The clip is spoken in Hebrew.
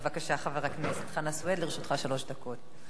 בבקשה, חבר הכנסת חנא סוייד, לרשותך שלוש דקות.